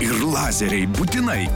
ir lazeriai būtinai